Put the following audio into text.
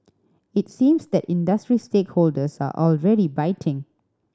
it seems that industry stakeholders are already biting